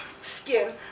skin